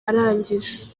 arangije